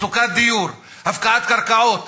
מצוקת דיור, הפקעת קרקעות,